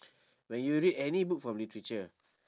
when you read any book from literature